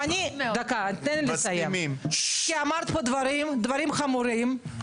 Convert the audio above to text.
אמרת פה דברים חמורים,